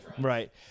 right